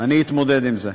אני אתמודד עם זה.